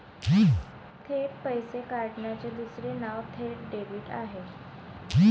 थेट पैसे काढण्याचे दुसरे नाव थेट डेबिट आहे